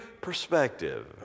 perspective